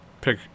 Pick